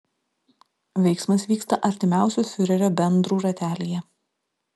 veiksmas vyksta artimiausių fiurerio bendrų ratelyje